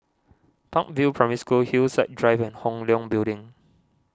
Park View Primary School Hillside Drive and Hong Leong Building